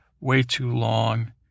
way-too-long